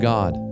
God